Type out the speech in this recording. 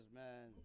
man